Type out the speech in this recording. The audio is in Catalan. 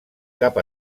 cap